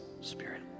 Spirit